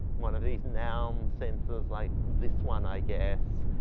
one of these noun sensors like this one i guess.